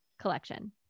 collection